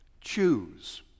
Choose